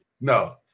No